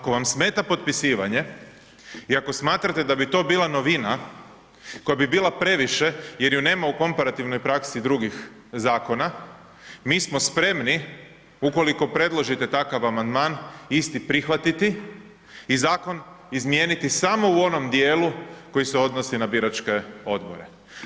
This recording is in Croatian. Ako vam smeta potpisivanje i ako smatrate da bi to bila novina koja bi bila previše jer ju nema u komparativnoj praksi drugih zakona, mi smo spremni, ukoliko predložite takav amandman isti prihvatiti i zakon izmijeniti samo u onom dijelu koji se odnosi na biračke odbore.